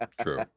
True